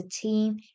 team